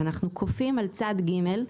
שאנחנו כופים על צד ג',